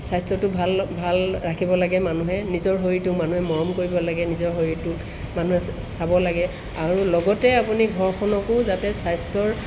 স্বাস্থ্যটো ভাল ভাল ৰাখিব লাগে মানুহে নিজৰ শৰীৰটোক মানুহে মৰম কৰিব লাগে নিজৰ শৰীৰটোক মানুহে চাব লাগে আৰু লগতে আপুনি ঘৰখনকো যাতে স্বাস্থ্যৰ